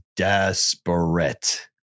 Desperate